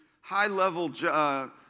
high-level